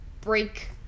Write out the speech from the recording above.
break